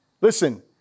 listen